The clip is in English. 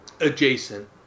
adjacent